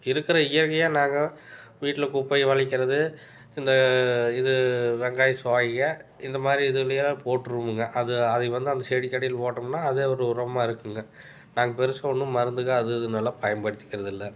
இருக்கிற இயற்கையாக நாங்கள் வீட்டில குப்பையை வழிக்கிறது இந்த இது வெங்காயம் இந்த மாதிரி இதுகளை எல்லாம் போட்டிருவோமுங்க அது அதை வந்து அந்த செடிக்கு அடியில் போட்டோமுன்னா அதே ஒரு உரமாக இருக்குதுங்க நாங்கள் பெருசாக ஒன்றும் மருந்துகள் அது இதுன்னு எல்லாம் பயன்படுத்திக்கிறதில்லை